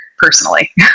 personally